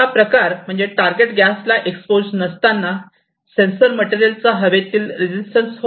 हा प्रकार म्हणजे टारगेट गॅस ला एक्सपोज नसताना सेंसर मटेरियल चा हवेतील रेजिस्टन्स होय